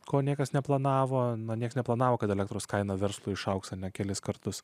ko niekas neplanavo na niekas neplanavo kad elektros kaina verslui išaugs net kelis kartus